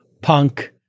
punk